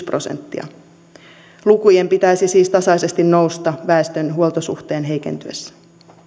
prosenttia lukujen pitäisi siis tasaisesti nousta väestön huoltosuhteen heikentyessä